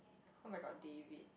oh-my-god David